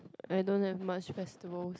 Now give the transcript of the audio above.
I don't have much festivals